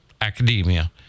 academia